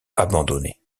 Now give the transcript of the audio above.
abandonné